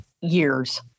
Years